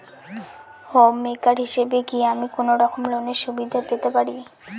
Home maker হিসেবে কি আমি কোনো রকম লোনের সুবিধা পেতে পারি?